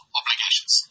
obligations